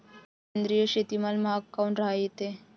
सेंद्रिय शेतीमाल महाग काऊन रायते?